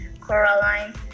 Coraline